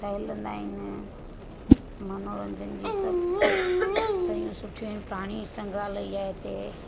टहिलंदा आहिनि मनोरंजन जी सभु स शयूं सुठियूं ऐं प्राणी संग्रहालय आहे हिते